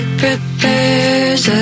prepares